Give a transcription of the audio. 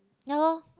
ya lor